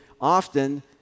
often